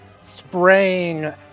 spraying